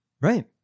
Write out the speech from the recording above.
Right